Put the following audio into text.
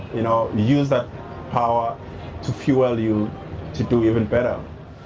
you know use that power to fuel you to do even better.